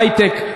היי-טק,